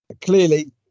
Clearly